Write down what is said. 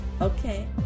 Okay